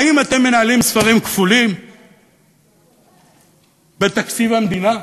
האם אתם מנהלים ספרים כפולים בתקציב המדינה?